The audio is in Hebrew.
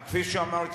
כפי שאמרתי,